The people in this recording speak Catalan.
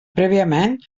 prèviament